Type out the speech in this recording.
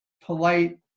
polite